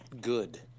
good